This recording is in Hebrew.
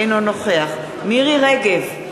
אינו נוכח מירי רגב,